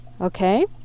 okay